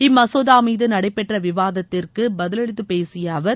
இம்மசோதா மீது நடைபெற்ற விவாதத்தின்போது பதிவளித்துப் பேசிய அவர்